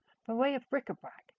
by way of bric-a-brac,